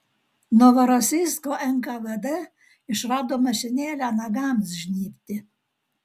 novorosijsko nkvd išrado mašinėlę nagams žnybti